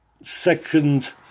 second